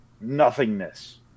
nothingness